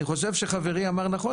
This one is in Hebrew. אני חושב שחברי אמר נכון,